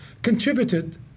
Contributed